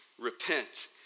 Repent